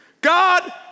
God